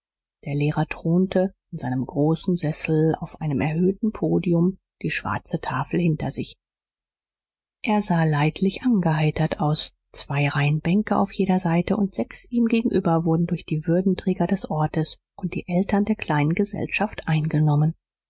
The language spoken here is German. der lehrer thronte in seinem großen sessel auf einem erhöhten podium die schwarze tafel hinter sich er sah leidlich angeheitert aus zwei reihen bänke auf jeder seite und sechs ihm gegenüber wurden durch die würdenträger des ortes und die eltern der kleinen gesellschaft eingenommen